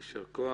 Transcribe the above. יישר כוח.